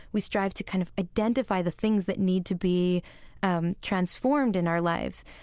we strive to kind of identify the things that need to be um transformed in our lives.